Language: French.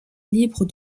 libre